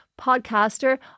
podcaster